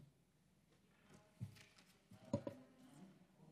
תקנות סמכויות